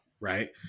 right